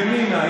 ימינה,